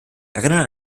erinnern